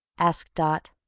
asked dot.